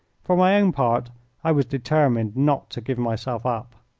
for my own part i was determined not to give myself up.